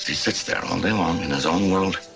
sits there all day long in his own world,